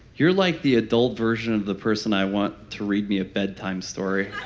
you're like the adult version of the person i want to read me a bedtime story